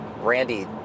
Randy